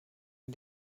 den